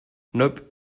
nope